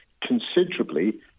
considerably